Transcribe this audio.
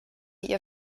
ihr